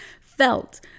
felt